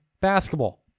basketball